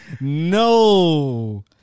no